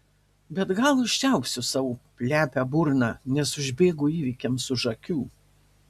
bet gal užčiaupsiu savo plepią burną nes užbėgu įvykiams už akių